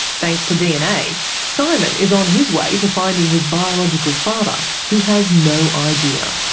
thanks to dna, simon is on his way to finding his biological father, who has no idea.